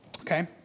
Okay